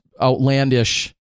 outlandish